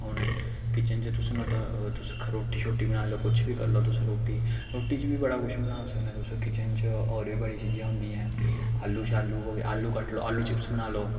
हून किचन च तुस तुस रोटी शीटो बनाई लैओ कुछ बी करी लैओ तुस रोटी रोटी च बी बड़ा कुछ बना सकने तुस किचन च होर बी बड़ी चीज़ां होंदियां आलू शालू हो गेआ आलू कट लो आलू चिप्स बना लो